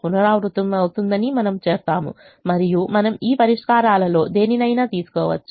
పునరావృతమవుతుందని మనం చేస్తాము మరియు మనం ఈ పరిష్కారాలలో దేనినైనా తీసుకోవచ్చు